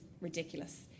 ridiculous